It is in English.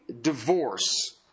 Divorce